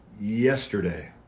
yesterday